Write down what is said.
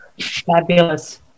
Fabulous